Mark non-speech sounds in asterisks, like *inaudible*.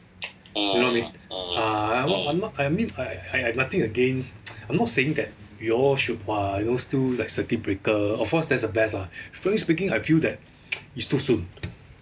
you know what I mean ah I'm not I'm not I mean I I I I have nothing against *noise* I'm not saying that you all should ah still like circuit breaker of course that's the best lah frankly speaking I feel that *noise* it's too soon